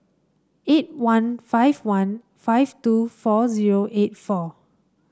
eight one five one five two four zero eight four